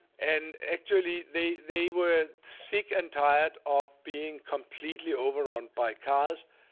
and actually, they they were sick and tired of being completely overrun by cars,